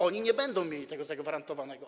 Oni nie będą mieli tego zagwarantowanego.